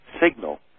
signal